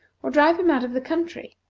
or drive him out of the country.